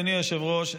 אדוני היושב-ראש,